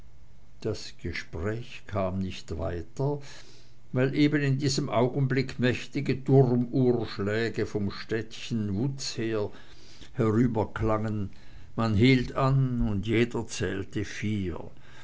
das gespräch kam nicht weiter weil in eben diesem augenblicke mächtige turmuhrschläge vom städtchen wutz her herüberklangen man hielt an und jeder zählte vier